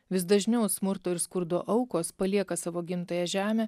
vis dažniau smurto ir skurdo aukos palieka savo gimtąją žemę